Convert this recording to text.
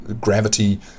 gravity